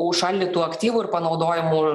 užšaldytų aktyvų ir panaudojimu